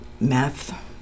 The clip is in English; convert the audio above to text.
math